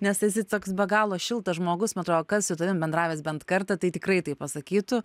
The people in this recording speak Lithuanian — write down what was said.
nes esi toks be galo šiltas žmogus man atrodo kas su tavim bendravęs bent kartą tai tikrai taip pasakytų